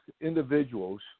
individuals